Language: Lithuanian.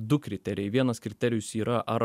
du kriterijai vienas kriterijus yra ar